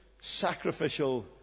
sacrificial